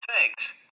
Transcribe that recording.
Thanks